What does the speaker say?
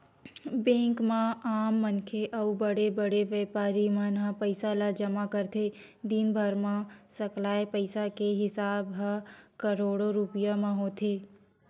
bank म आम मनखे अउ बड़े बड़े बेपारी मन ह पइसा ल जमा करथे, दिनभर म सकलाय पइसा के हिसाब ह करोड़ो रूपिया म होथे